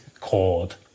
called